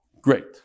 Great